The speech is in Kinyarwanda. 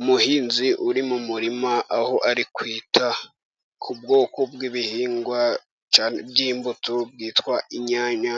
Umuhinzi uri mu murima, aho ari kwita ku bwoko bw'ibihingwa by'imbuto byitwa inyanya,